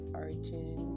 origin